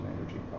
energy